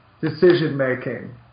decision-making